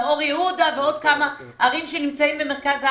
גם אור יהודה ועוד כמה ערים שנמצאות במרכז הארץ,